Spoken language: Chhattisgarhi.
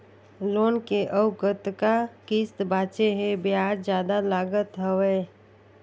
लोन के अउ कतका किस्त बांचें हे? ब्याज जादा लागत हवय,